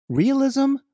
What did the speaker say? Realism